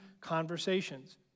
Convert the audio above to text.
conversations